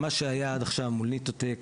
מה שהיה עד עכשיו מול "ניטו טק",